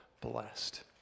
blessed